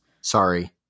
Sorry